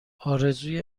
آرزوی